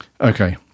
okay